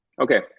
Okay